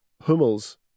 Hummels